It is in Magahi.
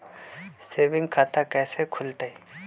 सेविंग खाता कैसे खुलतई?